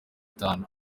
bitanu